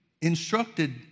instructed